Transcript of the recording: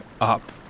up